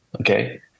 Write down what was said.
Okay